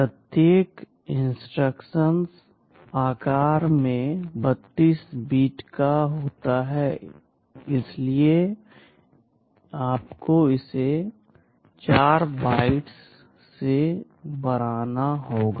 प्रत्येक इंस्ट्रक्शन आकार 32 बिट्स का है इसलिए आपको इसे 4 बाइट्स से बढ़ाना होगा